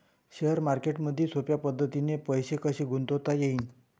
Share मार्केटमधी सोप्या पद्धतीने पैसे कसे गुंतवता येईन?